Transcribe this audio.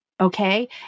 Okay